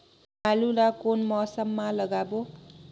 आलू ला कोन मौसम मा लगाबो?